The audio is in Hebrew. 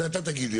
זה אתה תגיד לי.